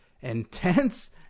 intense